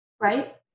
right